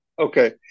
Okay